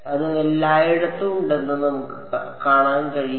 അത് എല്ലായിടത്തും ഉണ്ടെന്ന് നമുക്ക് കാണാൻ കഴിയും